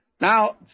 Now